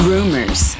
Rumors